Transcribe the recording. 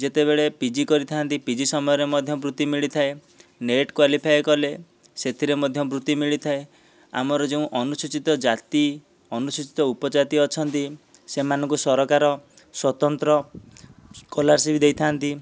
ଯେତେବେଳେ P G କରିଥାନ୍ତି P G ସମୟରେ ମଧ୍ୟ ବୃତ୍ତି ମିଳିଥାଏ ନେଟ୍ କ୍ବାଲିଫାଏ କଲେ ସେଥିରେ ମଧ୍ୟ ବୃତ୍ତି ମିଳିଥାଏ ଆମର ଯେଉଁ ଅନୁସୂଚିତ ଜାତି ଅନୁସୂଚିତ ଉପଜାତି ଅଛନ୍ତି ସେମାନଙ୍କୁ ସରକାର ସ୍ଵତନ୍ତ୍ର ସ୍କଲାରସିପ୍ ଦେଇଥାନ୍ତି